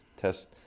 test